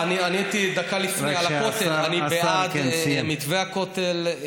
אני עניתי דקה לפני כן על הכותל.